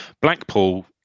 Blackpool